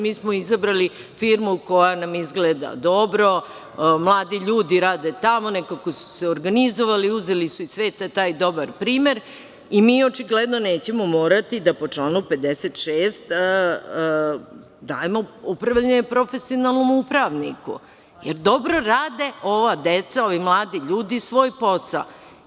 Mi smo izabrali firmu koja nam izgleda dobro, mladi ljudi rade tamo, nekako su se organizovali uzeli su iz sveta taj dobar primer i mi očigledno nećemo morati da po članu 56. dajemo upravljanje profesionalnom upravniku, jer dobro rade ova deca, ovi mladi ljudi, svoj posao.